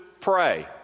pray